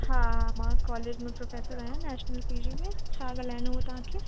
हा मां कोलेज में प्रोफ़ेसर आहियां नेशनल पी जी में छा ॻल्हाइणो हो तव्हांखे